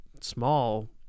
small